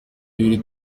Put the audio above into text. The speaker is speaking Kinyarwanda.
ibiri